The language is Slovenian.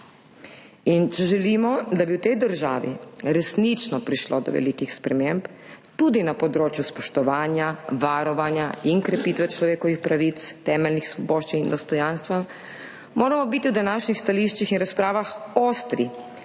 Če želimo, da bi v tej državi resnično prišlo do velikih sprememb tudi na področju spoštovanja, varovanja in krepitve človekovih pravic, temeljnih svoboščin in dostojanstva, moramo biti v današnjih stališčih in razpravah ostri,